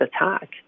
attack